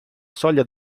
soglia